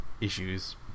issues